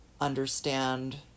understand